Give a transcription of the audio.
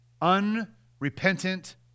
unrepentant